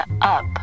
up